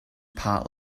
part